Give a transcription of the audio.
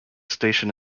station